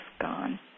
gone